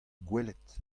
gwelet